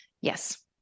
yes